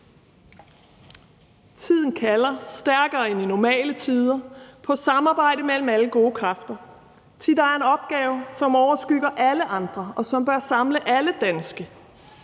»Tiden kalder, stærkere end i normale Tider, paa Samarbejde mellem alle gode Kræfter, thi der er een Opgave, som overskygger alle andre, og som bør samle alle Danske,